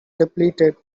depleted